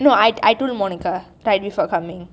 no I I told monica right before coming